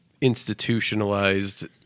institutionalized